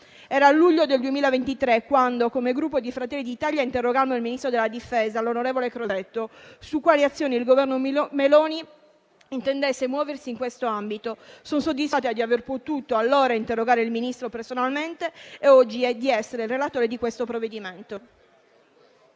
Era il luglio del 2023 quando, come Gruppo Fratelli d'Italia, interrogammo il Ministro della difesa, l'onorevole Crosetto, su quali azioni il Governo Meloni intendesse muoversi in questo ambito. Sono soddisfatta di aver potuto allora interrogare il Ministro personalmente e oggi di essere relatore di questo provvedimento.